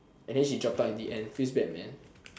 and then she dropped out in the end feels bad man